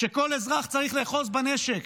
כשכל אזרח צריך לאחוז בנשק